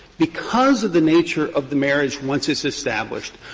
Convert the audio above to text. because of the nature of the marriage once it's established,